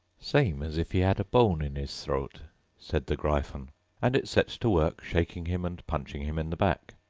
same as if he had a bone in his throat said the gryphon and it set to work shaking him and punching him in the back.